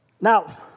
Now